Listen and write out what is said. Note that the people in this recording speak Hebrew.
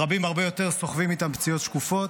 רבים הרבה יותר סוחבים איתם פציעות שקופות,